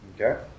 Okay